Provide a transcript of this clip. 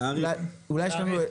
נאריך את הישיבה.